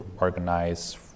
organize